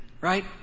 right